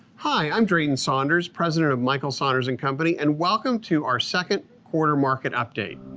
hi, i'm drayton saunders president of michael saunders and company and welcome to our second quarter market update.